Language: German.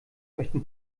möchten